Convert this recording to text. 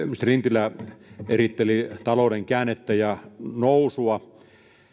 ministeri lintilä eritteli talouden käännettä ja nousua